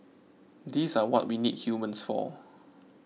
these are what we need humans for